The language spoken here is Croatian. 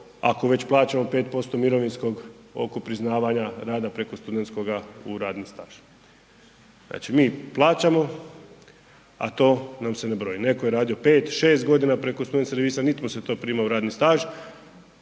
ako vać plaćamo 5% mirovinskog, oko priznavanja rada preko studentskoga u radni staž. Znači mi plaćamo, a to nam se ne broji, neko je radio 5-6.g. preko student servisa, nit mu se to prima u radni staž,